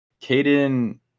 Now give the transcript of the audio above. Caden